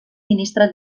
ministre